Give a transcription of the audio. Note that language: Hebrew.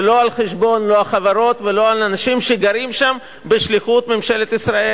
ולא על חשבון חברות ולא על חשבון אנשים שגרים שם בשליחות ממשלת ישראל.